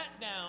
down